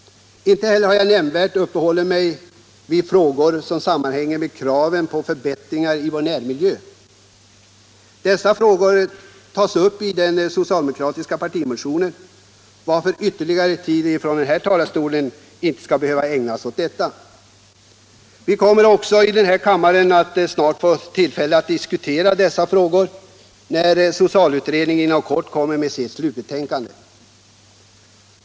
Inte heller har jag nämnvärt uppehållit mig vid frågor som sammanhänger med kraven på förbättringar i vår närmiljö. Dessa frågor tas upp i den socialdemokratiska partimotionen, varför ytterligare tid inte behöver ägnas åt detta från kammarens talarstol. Vi kommer också här i kammaren att få tillfälle att diskutera dessa frågor när socialutredningen inom kort kommer med sitt betänkande.